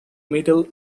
middle